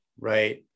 Right